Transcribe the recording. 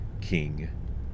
king